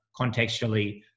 contextually